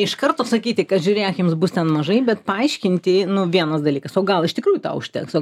iš karto sakyti kad žiūrėk jums bus ten mažai bet paaiškinti nu vienas dalykas o gal iš tikrųjų tau užteks o